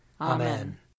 Amen